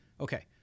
Okay